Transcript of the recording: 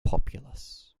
populous